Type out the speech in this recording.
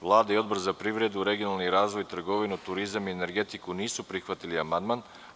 Vlada i Odbor za privredu, regionalni razvoj, trgovinu, turizam i energetiku nisu prihvatili amandman.